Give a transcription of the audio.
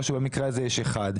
או שבמקרה הזה יש אחד,